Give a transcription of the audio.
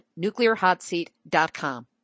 NuclearHotSeat.com